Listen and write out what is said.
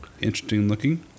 Interesting-looking